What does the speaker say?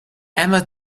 emma